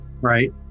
right